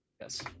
yes